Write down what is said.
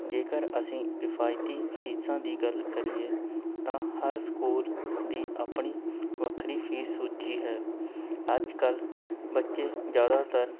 ਜੇਕਰ ਅਸੀਂ ਕਿਫਾਇਤੀ ਫੀਸਾਂ ਦੀ ਗੱਲ ਕਰੀਏ ਤਾਂ ਹਰ ਸਕੂਲ ਦੀ ਆਪਣੀ ਵੱਖਰੀ ਫੀਸ ਸੂਚੀ ਹੈ ਅੱਜ ਕੱਲ੍ਹ ਬੱਚੇ ਜ਼ਿਆਦਾਤਰ